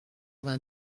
vingt